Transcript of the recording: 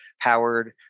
powered